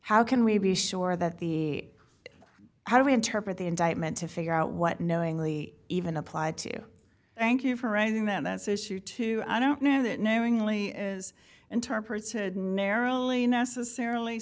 how can we be sure that the how do we interpret the indictment to figure out what knowingly even applied to thank you for writing that that's issue two i don't know that knowingly is interpreted narrowly necessarily